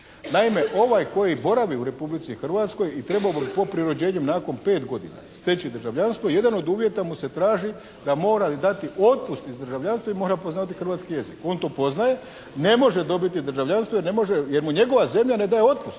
Naime, ovaj koji boravi u Republici Hrvatskoj i treba po prirođenjem nakon 5 godina steći državljanstvo jedan od uvjeta mu se traži da mora dati otpust iz državljanstva i mora poznavati hrvatski jezik. On to poznaje, ne može dobiti državljanstvo jer ne može, jer mu njegova zemlja ne daje otpust,